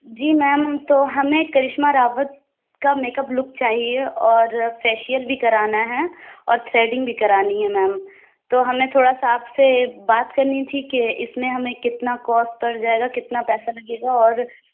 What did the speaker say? جی ma'am تو ہمیں کرشمہ راوت کا میک اپ لک چاہیے اور فیشیل بھی کرانا ہے اور تھریڈنگ بھی کرانی ہے میم تو ہمیں تھوڑا سا آپ سے بات کرنی تھی کہ اِس میں ہمیں کتنا کوسٹ پڑ جائے گا کتنا پیسہ لگے گا اور